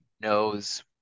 knows